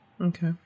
okay